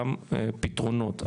גם פתרונות,